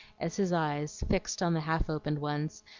as his eyes, fixed on the half-opened ones,